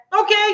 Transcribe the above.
Okay